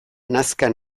nazka